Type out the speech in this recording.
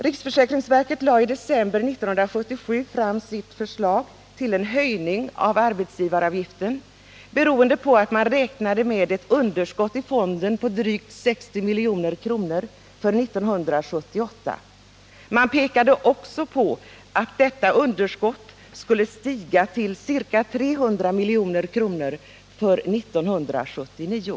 Riksförsäkringsverket lade i december 1977 fram sitt förslag till en höjning av arbetsgivaravgiften, beroende på att man räknade med ett underskott i fonden på drygt 60 milj.kr. för 1978. Man påpekade också att detta underskott skulle stiga till ca 300 milj.kr. för 1979.